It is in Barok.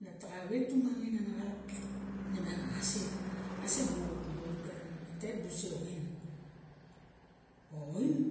Nataxa wet tumangin ana xaalap me miang a ase lou of karen let bu se oin. O oin